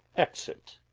exit.